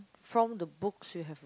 from the books you have